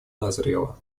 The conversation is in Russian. назрела